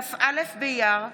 כ"א באייר התש"ף,